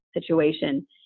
situation